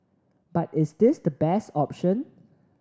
but is this the best option